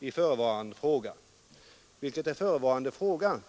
i förevarande fråga.” Vilken är förevarande fråga?